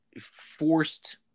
forced